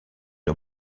une